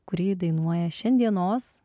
kurį dainuoja šiandienos